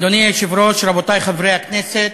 אדוני היושב-ראש, רבותי חברי הכנסת,